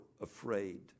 afraid